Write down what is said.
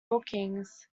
brookings